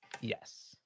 Yes